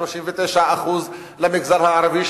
39% למגזר הערבי,